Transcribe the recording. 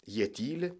jie tyli